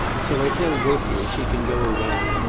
so i tell vauquier she can go away,